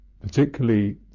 particularly